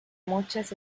muchas